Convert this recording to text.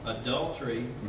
adultery